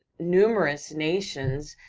numerous nations,